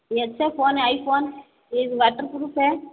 ये अच्छा फोन है आईफोन ये वाटरप्रूफ है